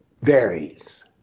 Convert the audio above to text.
varies